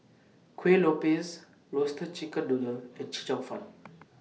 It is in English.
Kueh Lopes Roasted Chicken Noodle and Chee Cheong Fun